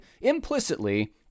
implicitly